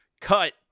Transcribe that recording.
cut